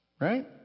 Right